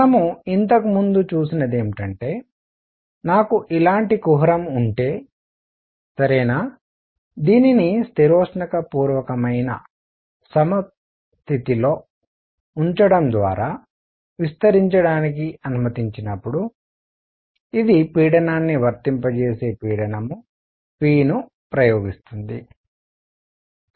మనం ఇంతకు ముందు చూసినది ఏమిటంటే నాకు ఇలాంటి కుహరం ఉంటే సరేనా దీనిని స్థిరోష్ణక పూర్వకమైన సమస్థితిలో ఉంచడం ద్వారా విస్తరించడానికి అనుమతించినప్పుడు ఇది పీడనాన్ని వర్తింపజేసే పీడనం p ను ప్రయోగిస్తుంది సరేనా